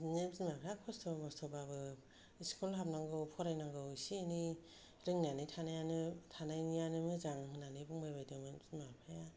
बिदिनो बिमाफ्रा खस्थ' मस्थ' बाबो स्कुल हाबनांगौ फरायनांगौ एसे एनै रोंनानै थानायानो थानायनियानो मोजां होन्नानै बुंबायबायदोंमोन बिमा फिफाया